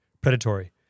predatory